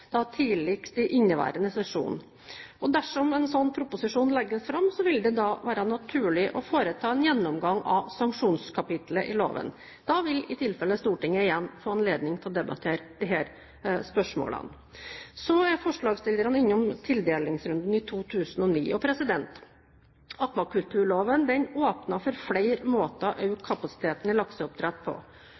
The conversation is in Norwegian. tidligst i inneværende sesjon. Dersom en slik proposisjon legges fram, vil det være naturlig å foreta en gjennomgang av sanksjonskapittelet i loven. Da vil i tilfelle Stortinget igjen få anledning til å debattere disse spørsmålene. Så er forslagsstillerne innom tildelingsrunden i 2009. Akvakulturloven åpner for flere måter å øke kapasiteten i lakseoppdrett på.